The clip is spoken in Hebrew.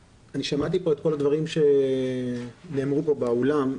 שמעתי פה את כל הדברים שנאמרו פה באולם,